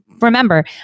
remember